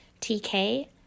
TK